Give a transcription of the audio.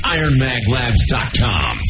IronMagLabs.com